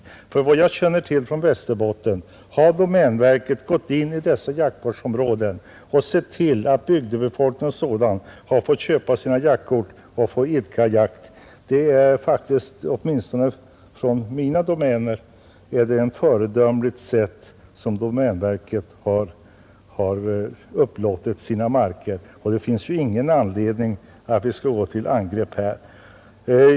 Efter vad jag känner till från Västerbotten har domänverket gått in i jaktvårdsområdena och sett till att bygdebefolkningen fått köpa sina jaktkort och idka jakt. Åtminstone i mina trakter har alltså domänverket på ett föredömligt sätt upplåtit sina marker. Det finns ingen anledning att gå till angrepp.